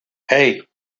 hey